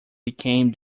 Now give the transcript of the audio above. became